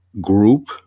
group